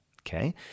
Okay